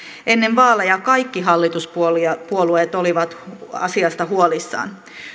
ennen vaaleja kaikki hallituspuolueet olivat asiasta huolissaan